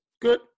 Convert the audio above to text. Good